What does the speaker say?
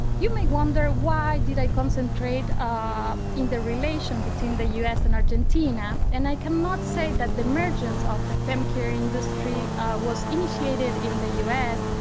you may wonder why did i concentrate ah in the relation between the us and argentina and i cannot say that the emergence of femcare industry was initiated in the us,